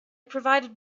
provided